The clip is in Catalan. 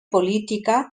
política